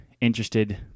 interested